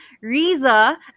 riza